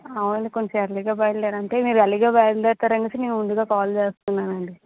అవును కొంచెం ఎర్లీ గా బయలుదేరంటే మీరు ఎర్లీ గా బయలుదేరుతారనేసి నేను ముందుగా కాల్ చేస్తున్నానండి